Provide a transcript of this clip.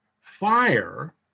fire